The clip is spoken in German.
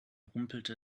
rumpelte